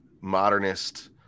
modernist